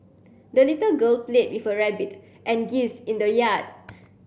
the little girl played with her rabbit and geese in the yard